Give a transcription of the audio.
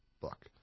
book